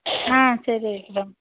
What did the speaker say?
హ సరే వెళ్దాం